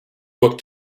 book